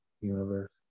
universe